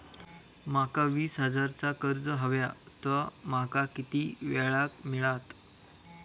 माका वीस हजार चा कर्ज हव्या ता माका किती वेळा क मिळात?